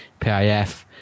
PIF